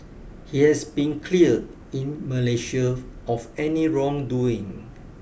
he has been cleared in Malaysia of any wrongdoing